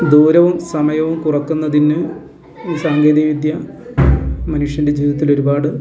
ദൂരവും സമയവും കുറയ്ക്കുന്നതിനും ഈ സാങ്കേതികവിദ്യ മനുഷ്യൻ്റെ ജീവിത്തിലൊരുപാട്